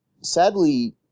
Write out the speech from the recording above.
sadly